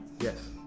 Yes